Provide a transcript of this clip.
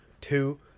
Two